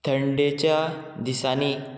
थंडेच्या दिसांनी